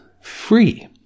free